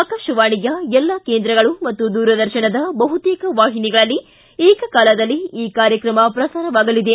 ಆಕಾಶವಾಣಿಯ ಎಲ್ಲಾ ಕೇಂದ್ರಗಳು ಮತ್ತು ದೂರದರ್ತನದ ಬಹುತೇಕ ವಾಹಿನಿಗಳಲ್ಲಿ ಏಕಕಾಲದಲ್ಲಿ ಈ ಕಾರ್ಯಕ್ರಮ ಪ್ರಸಾರವಾಗಲಿದೆ